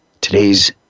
today's